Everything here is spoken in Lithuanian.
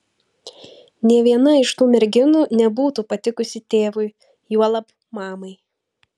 nė viena iš tų merginų nebūtų patikusi tėvui juolab mamai